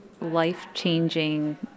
life-changing